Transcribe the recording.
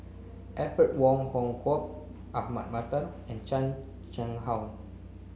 Alfred Wong Hong Kwok Ahmad Mattar and Chan Chang How